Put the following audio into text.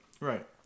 Right